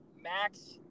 Max